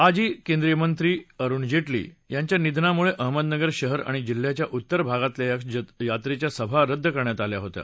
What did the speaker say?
माजी केंद्रीय मंत्री अरुण जेटली यांच्या निधनामूळं अहमदनगर शहर आणि जिल्ह्याच्या उत्तर भागातल्या या यात्रेच्या सभा रद्द करण्यात आल्या होत्या